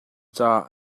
caah